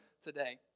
today